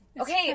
Okay